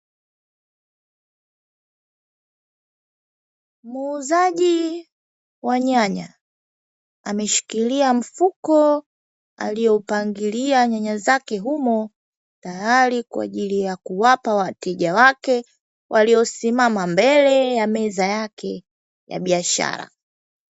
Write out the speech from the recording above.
Muuzaji wa nyanya, ameshikilia mfuko alioupangilia nyanya zake humo, tayari kwa ajili ya kuwapa wateja wake waliosimama mbele ya meza yake ya biashara.